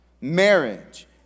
Marriage